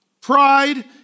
Pride